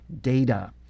Data